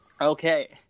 Okay